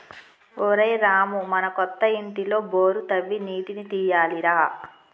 ఒరేయ్ రామూ మన కొత్త ఇంటిలో బోరు తవ్వి నీటిని తీయాలి రా